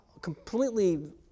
completely